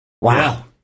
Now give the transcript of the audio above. wow